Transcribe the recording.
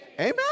Amen